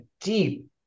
deep